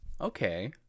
okay